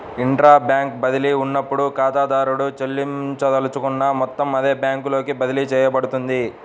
intra bank బదిలీలో ఉన్నప్పుడు, ఖాతాదారుడు చెల్లించదలుచుకున్న మొత్తం అదే బ్యాంకులోకి బదిలీ చేయబడుతుంది